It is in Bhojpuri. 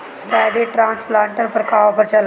पैडी ट्रांसप्लांटर पर का आफर चलता?